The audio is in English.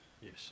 yes